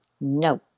No